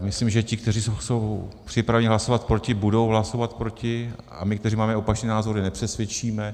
Myslím, že ti, kteří jsou připraveni hlasovat proti, budou hlasovat proti, a my, kteří máme opačný názor, je nepřesvědčíme.